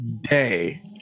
day